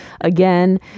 Again